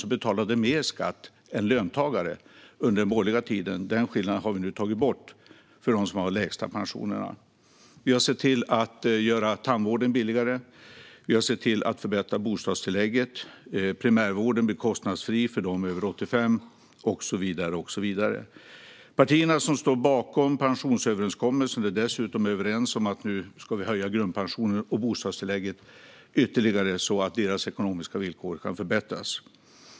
Man betalade mer skatt än löntagare under den borgerliga tiden. Den skillnaden har vi nu tagit bort för dem som har de lägsta pensionerna. Vi har sett till att göra tandvården billigare. Vi har sett till att förbättra bostadstillägget. Primärvården blir kostnadsfri för dem som är över 85 och så vidare. Partierna som står bakom pensionsöverenskommelsen är dessutom överens om att höja grundpensionen och bostadstillägget ytterligare, så att pensionärernas ekonomiska villkor kan förbättras.